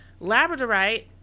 Labradorite